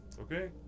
okay